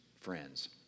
friends